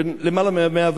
בן למעלה מ-101,